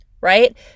right